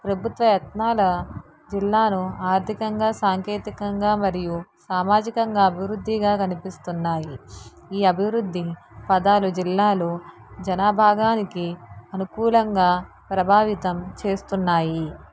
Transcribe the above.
ప్రభుత్వ యత్నాల జిల్లాలో ఆర్థికంగా సాంకేతికంగా మరియు సామాజికంగా అభివృద్ధిగా కనిపిస్తున్నాయి ఈ అభివృద్ధి పదాలు జిల్లాలో జనాభా విభాగానికి అనుకూలంగా ప్రభావితం చేస్తున్నాయి